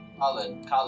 Colin